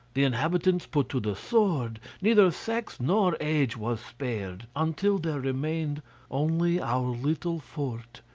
the inhabitants put to the sword, neither sex nor age was spared until there remained only our little fort,